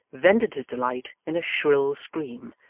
vented his delight in a shrill scream,